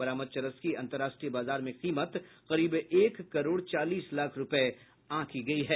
बरामद चरस की अंतरराष्ट्रीय बाजार में कीमत करीब एक करोड़ चालीस लाख रुपये आंकी गई है